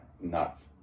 nuts